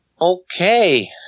Okay